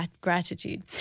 gratitude